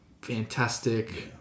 fantastic